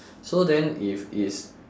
so then if is